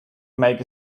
make